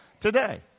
Today